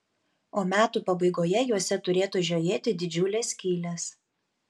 o metų pabaigoje juose turėtų žiojėti didžiulės skylės